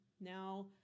Now